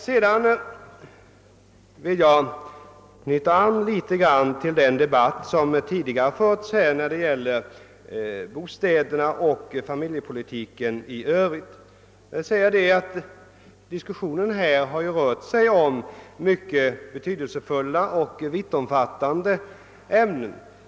Sedan vill jag knyta an till den debatt som tidigare förts här om bostäderna och familjepolitiken i övrigt. Jag vill säga att diskussionen här har rört sig om mycket betydelsefulla och vittomfattande ämnen.